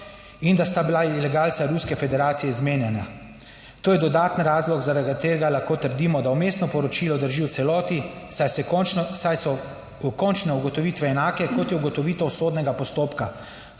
in da sta bila ilegalca Ruske federacije izmenjana. To je dodaten razlog, zaradi katerega lahko trdimo, da vmesno poročilo drži v celoti, saj se končno, saj so končne ugotovitve enake kot je ugotovitev sodnega postopka.